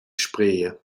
spree